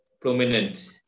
prominent